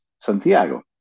Santiago